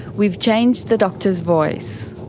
we've changed the doctor's voice.